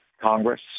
Congress